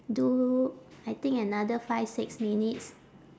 do I think another five six minutes